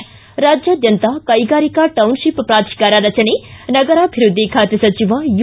ಿ ರಾಜ್ಯಾದ್ಯಂತ ಕೈಗಾರಿಕಾ ಟೌನ್ಶಿಪ್ ಪ್ರಾಧಿಕಾರ ರಚನೆ ನಗರಾಭಿವೃದ್ದಿ ಖಾತೆ ಸಚಿವ ಯು